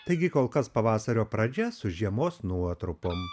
taigi kol kas pavasario pradžia su žiemos nuotrupom